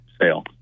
sale